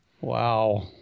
Wow